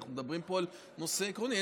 אנחנו מדברים פה על נושא עקרוני,